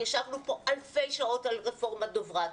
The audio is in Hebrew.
ישבנו פה אלפי שעות על רפורמת דוֹבְרַת,